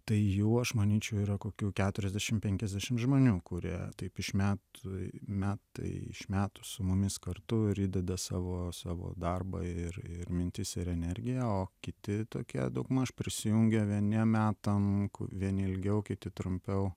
tai jų aš manyčiau yra kokių keturiasdešimt penkiasdešimt žmonių kurie taip iš metų metai iš metų su mumis kartu ir įdeda savo savo darbą ir ir mintis ir energiją o kiti tokie daugmaž prisijungia vieniem metam vieni ilgiau kiti trumpiau